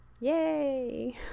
Yay